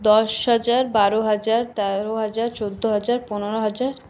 দশ হাজার বারো হাজার তেরো হাজার চোদ্দ হাজার পনেরো হাজার